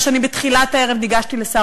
אני רוצה להגיד לך שאני בתחילת הערב ניגשתי לשר